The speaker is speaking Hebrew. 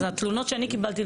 אז התלונות שאני קיבלתי,